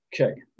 okay